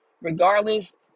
Regardless